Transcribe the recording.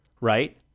right